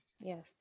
Yes